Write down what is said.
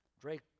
Drake